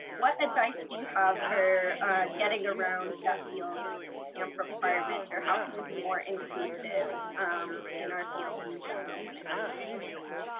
what advice do you have for getting around that fields camp requirement or how can we be more inclusive in our fields in general when it comes to field work.